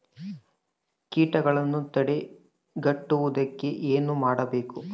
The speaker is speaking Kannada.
ಕೇಟಗಳನ್ನು ತಡೆಗಟ್ಟುವುದಕ್ಕೆ ಏನು ಮಾಡಬೇಕು?